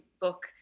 book